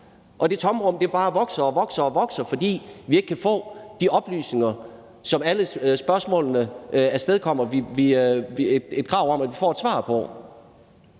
og det tomrum bare vokser og vokser, fordi vi ikke kan få de oplysninger, som alle spørgsmålene kræver. Det er jo det, der er det